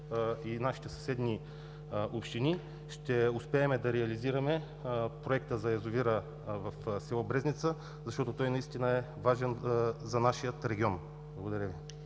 и нашите съседни общини, ще успеем да реализираме Проекта за язовира в село Брезница, защото той наистина е важен за нашия регион. Благодаря Ви.